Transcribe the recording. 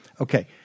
Okay